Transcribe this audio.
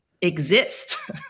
exist